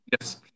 Yes